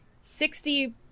sixty